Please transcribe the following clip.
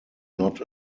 not